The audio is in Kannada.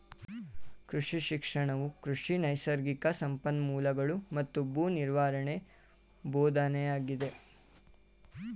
ಕೃಷಿ ಶಿಕ್ಷಣವು ಕೃಷಿ ನೈಸರ್ಗಿಕ ಸಂಪನ್ಮೂಲಗಳೂ ಮತ್ತು ಭೂ ನಿರ್ವಹಣೆಯ ಬೋಧನೆಯಾಗಿದೆ